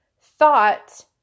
thought